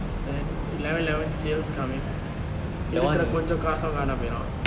then eleven eleven sales covering இருக்குர கொஞ்ஜம் காசும் கானாம போயிரும்:irukkura konjam kaasum kaanaame poyirum